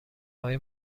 های